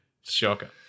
Shocker